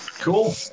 Cool